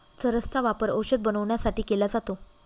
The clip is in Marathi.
चरस चा वापर औषध बनवण्यासाठी केला जातो